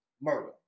murder